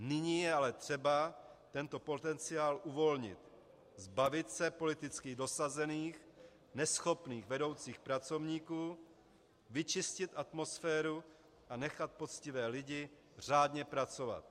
Nyní ale je třeba tento potenciál uvolnit, zbavit se politicky dosazených, neschopných vedoucích pracovníků, vyčistit atmosféru a nechat poctivé lidi řádně pracovat.